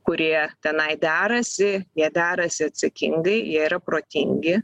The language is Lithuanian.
kurie tenai derasi jie derasi atsakingai jie yra protingi